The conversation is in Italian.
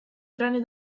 brani